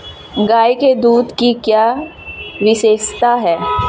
गाय के दूध की क्या विशेषता है?